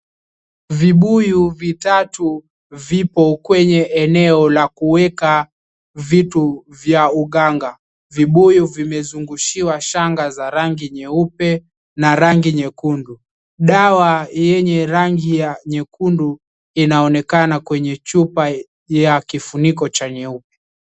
Vibuyu vitatu vipo kwenye eneo la kuweka vitu vya uganga. Vibuyu vimezungushiwa shanga za rangi nyeupe na rangi nyekundu. Dawa yenye rangi ya nyekundu inaonekana kwenye chupa ya kifuniko cha nyeupe.